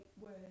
word